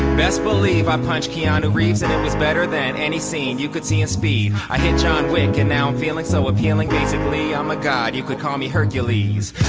best believe i punch keanu reeves. and it was better than any scene you could csb. i john wink and now feeling so appealing, basically. i'm a guy. you could call me hercules